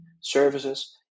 services